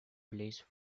blaze